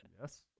Yes